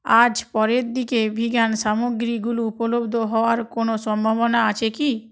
আজ পরের দিকে ভিগান সামগ্রীগুলো উপলব্ধ হওয়ার কোনো সম্ভাবনা আছে কি